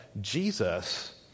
Jesus